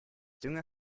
dünger